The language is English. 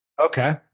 Okay